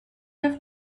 have